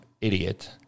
idiot